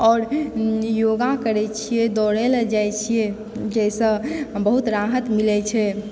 आओर योगा करए छिऐ दौड़ए लऽ जाइत छिऐ जाहिसँ बहुत राहत मिलैत छै